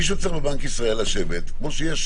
מישהו צריך בבנק ישראל לשבת כמו שיש